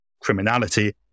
criminality